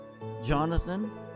Jonathan